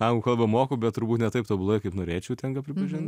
anglų kalbą moku bet turbūt ne taip tobulai kaip norėčiau tenka pripažinti